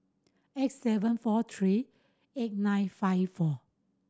eight seven four three eight nine five four